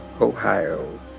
Ohio